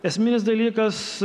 esminis dalykas